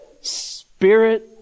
Spirit